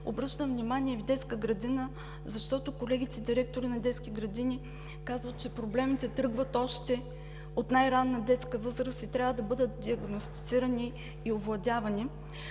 Обръщам внимание – и в детска градина, защото колегите директори на детски градини казват, че проблемите тръгват още от най-ранна детска възраст и трябва да бъдат диагностицирани и овладявани.